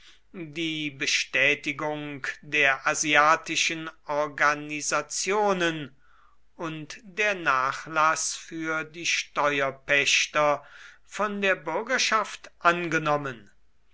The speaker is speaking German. die bestätigung der asiatischen organisationen und der nachlaß für die steuerpächter von der bürgerschaft angenommen